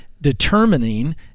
determining